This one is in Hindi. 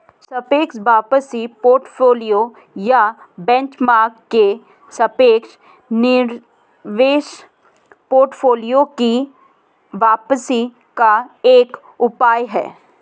सापेक्ष वापसी पोर्टफोलियो या बेंचमार्क के सापेक्ष निवेश पोर्टफोलियो की वापसी का एक उपाय है